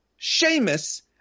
Seamus